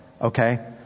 okay